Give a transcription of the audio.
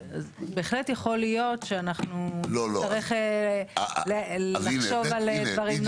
בהחלט יכול להיות שאנחנו נצטרך לחשוב על דברים מן הסוג הזה.